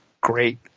great